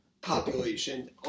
population